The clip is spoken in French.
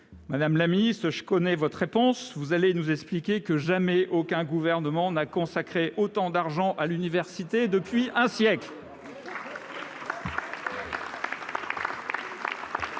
Madame la ministre, je connais votre réponse : vous allez nous expliquer que jamais aucun gouvernement n'a consacré autant d'argent à l'université depuis un siècle